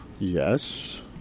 Yes